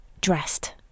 dressed